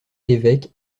évêque